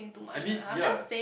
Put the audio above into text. I mean ya